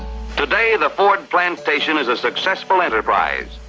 today the ford plantation is a successful enterprise,